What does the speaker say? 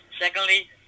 secondly